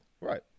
Right